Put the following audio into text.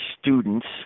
students